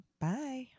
bye